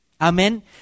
Amen